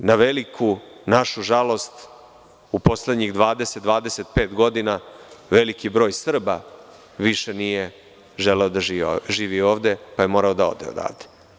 Na našu veliku žalost, u poslednjih 20-25 godina veliki broj Srba više nije želeo da živi ovde, pa je morao da ode odavde.